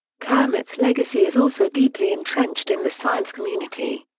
kermit's legacy is also deeply entrenched in the science community.